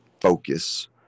focus